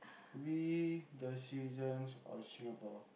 we the citizens of Singapore